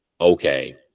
okay